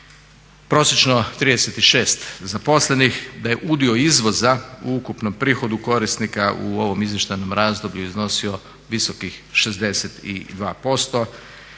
prosječno 36 zaposlenih, da je udio izvoza u ukupnom prihodu korisnika u ovom izvještajnom razdoblju iznosio visokih 62%,